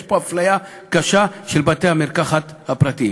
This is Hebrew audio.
יש פה אפליה קשה של בתי-המרקחת הפרטיים.